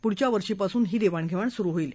पुढच्या वर्षीपासून ही देवाणघेवाण सुरु होईल